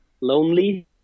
lonely